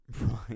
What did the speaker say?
Right